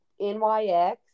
nyx